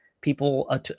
people